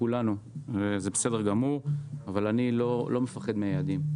זה בסדר גמור ואני לא מפחד מיעדים.